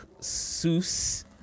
Seuss